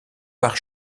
part